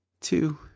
Two